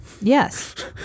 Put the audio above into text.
Yes